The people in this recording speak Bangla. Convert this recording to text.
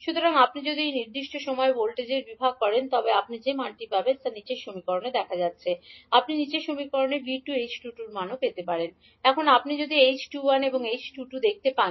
সুতরাং আপনি যদি এই নির্দিষ্ট সময়ে ভোল্টেজ বিভাগ ব্যবহার করেন তবে আপনি যে মানটি দেখতে পাবেন এখন আপনি এটিও বলতে পারেন এখন আপনি যদি 𝐡12 23 এবং 𝐡21 −23 দেখতে পান